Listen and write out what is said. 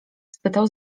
spytał